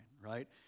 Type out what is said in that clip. right